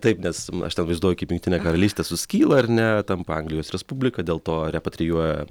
taip nes aš ten vaizduoju kaip jungtinė karalystė suskyla ar ne tampa anglijos respublika dėl to repatrijuoja